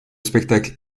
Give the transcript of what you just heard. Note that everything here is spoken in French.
spectacle